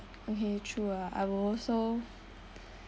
okay true ah I will also